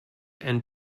and